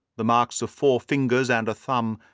the marks of four fingers and a thumb,